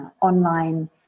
online